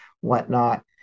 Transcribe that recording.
whatnot